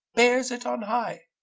bears it on high!